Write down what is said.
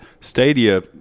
Stadia